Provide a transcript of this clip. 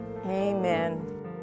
Amen